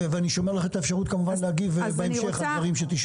אני כמובן שומר לך את האפשרות להגיב בהמשך לדברים שתשמעי.